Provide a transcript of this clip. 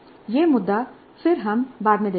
यह मुद्दा फिर हम बाद में देखेंगे